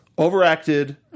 overacted